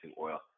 oil